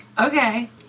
Okay